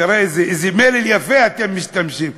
תראה באיזה מלל יפה אתם משתמשים,